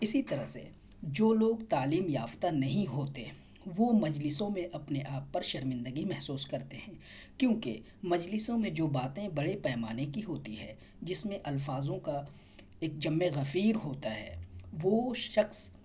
اسی طرح سے جو لوگ تعلیم یافتہ نہیں ہوتے وہ مجلسوں میں اپنے آپ پر شرمندگی محسوس کرتے ہیں کیونکہ مجلسوں میں جو باتیں بڑے پیمانے کی ہوتی ہے جس میں الفاظوں کا ایک جم غفیر ہوتا ہے وہ شخص